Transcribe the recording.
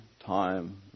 time